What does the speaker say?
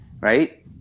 right